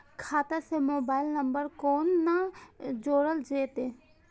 खाता से mobile number कोना जोरल जेते?